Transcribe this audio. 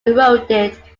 eroded